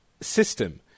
system